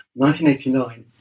1989